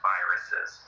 Viruses